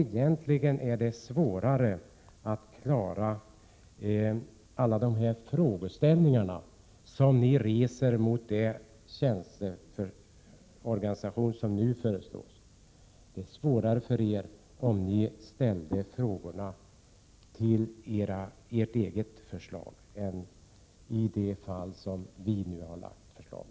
Egentligen är det svårare för er att ge svar på alla de frågeställningar ni reser mot den tjänsteorganisation som nu föreslås om ni vänder frågorna mot ert eget förslag.